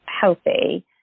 healthy